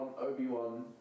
Obi-Wan